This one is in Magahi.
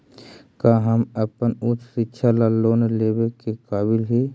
का हम अपन उच्च शिक्षा ला लोन लेवे के काबिल ही?